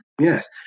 Yes